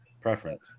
preference